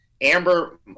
Amber